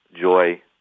joy